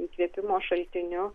įkvėpimo šaltiniu